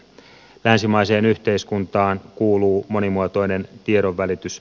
länsimaiseen yhteiskuntaan kuuluu monimuotoinen tiedonvälitys